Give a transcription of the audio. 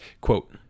Quote